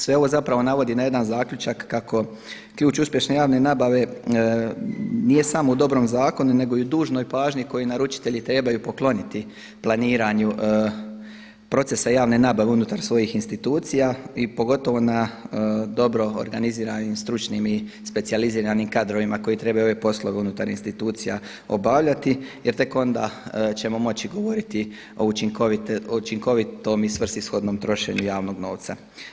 Sve ovo zapravo navodi na jedan zaključak kako ključ uspješne javne nabave nije samo u dobrom zakonu nego i u dužnoj pažnji koju naručitelji trebaju pokloniti planiraju procesa javne nabave unutar svojih institucija i pogotovo na dobro organiziranim stručnim i specijaliziranim kadrovima koji trebaju ove poslove unutar institucija obavljati jer tek onda ćemo moći govoriti o učinkovitom i svrsishodnom trošenju javnog novca.